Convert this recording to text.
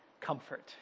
comfort